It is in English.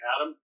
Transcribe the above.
Adam